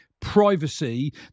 privacy